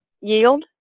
yield